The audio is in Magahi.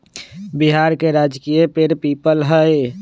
बिहार के राजकीय पेड़ पीपल हई